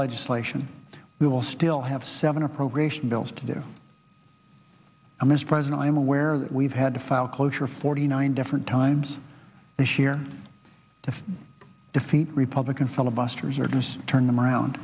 legislation we will still have seven appropriation bills to do i'm as president i am aware that we've had to file closure forty nine different times this year to defeat republican filibusters or just turn them around